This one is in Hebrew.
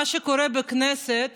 מה שקורה בכנסת